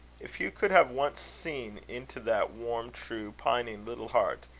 if hugh could have once seen into that warm, true, pining little heart,